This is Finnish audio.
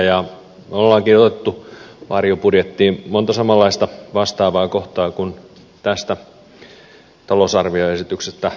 me olemmekin ottaneet varjobudjettiin monta samanlaista vastaavaa kohtaa kuin tästä talousarvioesityksestä löytyy